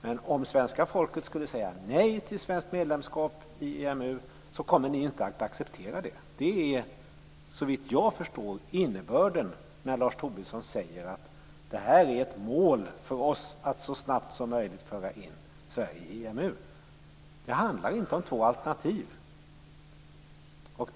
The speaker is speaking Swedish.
Men om svenska folket säger nej till ett medlemskap i EMU kommer ni inte att acceptera det. Såvitt jag förstår är detta innebörden av det som Lars Tobisson säger, att det är ett mål för moderaterna att så snabbt som möjligt föra in Sverige i EMU. Det handlar inte om två alternativ.